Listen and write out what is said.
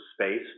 space